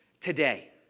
today